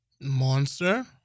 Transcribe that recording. Monster